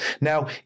Now